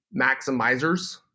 maximizers